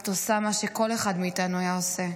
את עושה מה שכל אחד מאיתנו היה עושה.